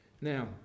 now